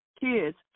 kids